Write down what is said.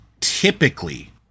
typically